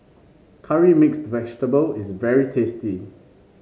Curry Mixed Vegetable is very tasty